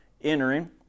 entering